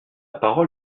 parole